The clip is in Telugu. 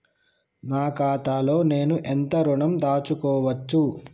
నా ఖాతాలో నేను ఎంత ఋణం దాచుకోవచ్చు?